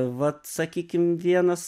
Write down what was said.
vat sakykim vienas